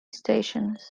stations